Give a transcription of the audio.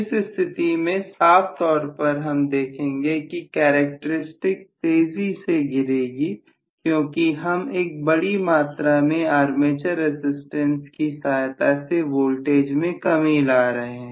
इस स्थिति में साफ तौर पर हम देखेंगे कि कैरेक्टरिस्टिक तेजी से गिरेगी क्योंकि हम एक बड़ी मात्रा में आर्मेचर रसिस्टेंस की सहायता से वोल्टेज में कमी ला रहे हैं